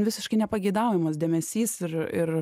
visiškai nepageidaujamas dėmesys ir ir